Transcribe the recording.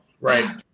Right